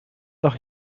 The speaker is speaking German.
noch